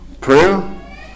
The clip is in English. Prayer